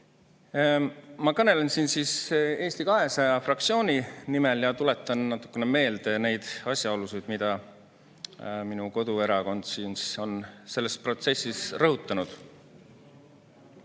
Ma kõnelen siin Eesti 200 fraktsiooni nimel ja tuletan natuke meelde neid asjaolusid, mida minu koduerakond on selles protsessis rõhutanud. Kes